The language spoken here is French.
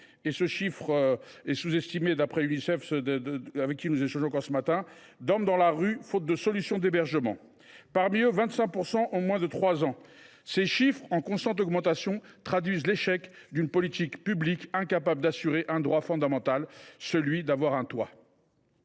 les représentants de l’Unicef, avec lesquels j’échangeais encore ce matin – dorment dans la rue faute de solution d’hébergement. Parmi eux, 25 % ont moins de 3 ans. Ces chiffres, en constante augmentation, traduisent l’échec d’une politique publique incapable d’assurer un droit fondamental : celui d’avoir un toit.